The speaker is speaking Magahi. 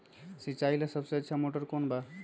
सिंचाई ला सबसे अच्छा मोटर कौन बा?